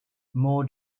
more